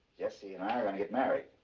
jessie and i are going to get married.